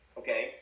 okay